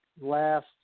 last